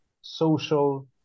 social